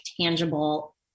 tangible